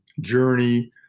journey